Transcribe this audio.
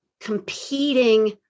competing